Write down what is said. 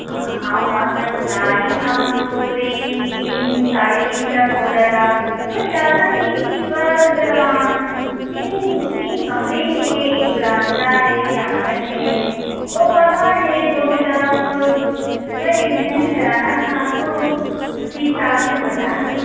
हाँ आप पाँच हजार बता रही हम सोच रहे हैं तीन साढ़े तीन तक हो जाता बट ज़्यादा नहीं बस तीन तीन कमरे हैं एक बरामदा है आँगन है और बाहर है दोनों तरफ बस इतना ही कराना था तो उसी हिसाब से हम बता रहे